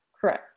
Correct